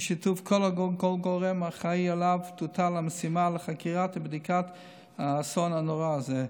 בשיתוף כל גורם אחראי שעליו תוטל המשימה לחקירת ובדיקת האסון הנורא הזה.